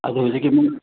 ꯑꯗꯨ ꯍꯧꯖꯤꯛꯀꯤ